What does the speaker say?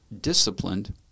disciplined